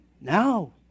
Now